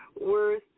worth